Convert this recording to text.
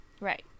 Right